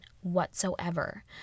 whatsoever